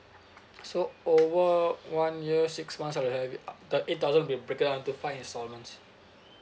so over one year six months I will have it uh the eight thousand will be break down into five installments